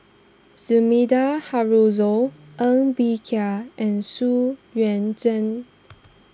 Sumida Haruzo Ng Bee Kia and Xu Yuan Zhen